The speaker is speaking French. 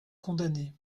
condamnée